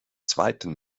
zweiten